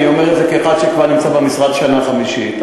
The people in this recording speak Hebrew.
אני אומר את זה כאחד שכבר נמצא במשרד שנה חמישית.